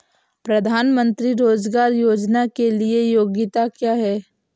प्रधानमंत्री रोज़गार योजना के लिए योग्यता क्या है?